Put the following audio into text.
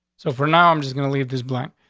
so for now, i'm just gonna leave this blank.